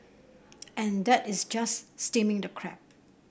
and that is just steaming the crab